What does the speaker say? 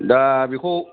दा बेखौ